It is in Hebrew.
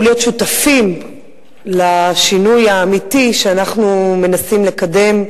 להיות שותפים לשינוי האמיתי שאנחנו מנסים לקדם,